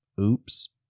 Oops